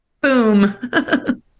boom